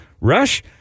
Rush